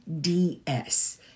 DS